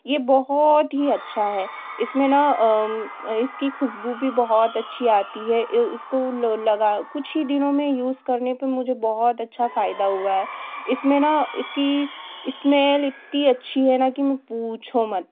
यह बहुत ही अच्छा है इसमें न इसकी खुशबू भी बहुत अच्छे आती है इसको लगा कुछ ही दिनों में यूज़ करने पर मुझे बहुत अच्छा फायदा हुआ है इसमें न इसकी स्मेल इतनी अच्छी है न कि पूछो मत